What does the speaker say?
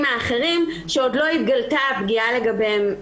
האחרים שעוד לא התגלתה הפגיעה בהם.